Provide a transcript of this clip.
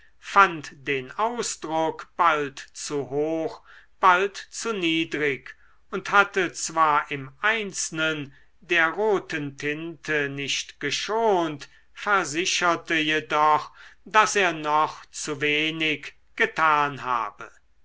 fand den ausdruck bald zu hoch bald zu niedrig und hatte zwar im einzelnen der roten tinte nicht geschont versicherte jedoch daß er noch zu wenig getan habe